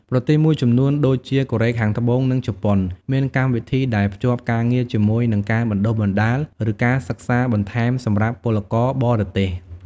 ប្រទេសមួយចំនួនដូចជា កូរ៉េខាងត្បូង និងជប៉ុន មានកម្មវិធីដែលភ្ជាប់ការងារជាមួយនឹងការបណ្ដុះបណ្ដាល ឬការសិក្សាបន្ថែមសម្រាប់ពលករបរទេស។